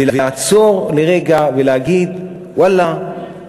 ולעצור לרגע ולהגיד: ואללה,